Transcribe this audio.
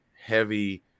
heavy